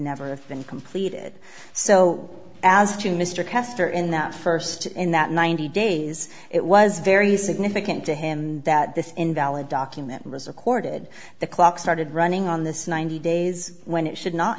been completed so as to mr castor in that first in that ninety days it was very significant to him that this invalid document was accorded the clock started running on this ninety days when it should not